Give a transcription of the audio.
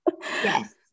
Yes